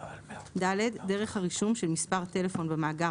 (ד) דרך הרישום של מספר טלפון במאגר